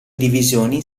divisioni